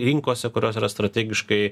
rinkose kurios yra strategiškai